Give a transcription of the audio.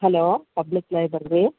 hello public library